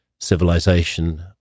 civilization